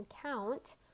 count